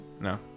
No